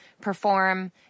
perform